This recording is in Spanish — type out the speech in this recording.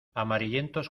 amarillentos